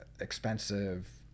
expensive